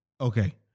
Okay